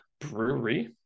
Brewery